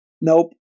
Nope